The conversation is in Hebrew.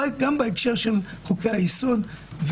גם בהקשר של חוקי היסוד.